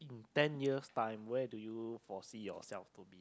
ten years time where do you foresee yourself to be